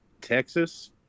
Texas